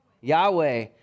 Yahweh